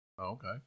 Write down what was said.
Okay